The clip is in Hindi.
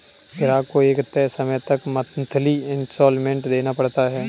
ग्राहक को एक तय समय तक मंथली इंस्टॉल्मेंट देना पड़ता है